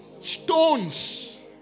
stones